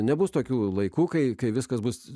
nebus tokių laikų kai kai viskas bus